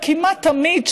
וכמעט תמיד,